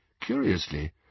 Curiously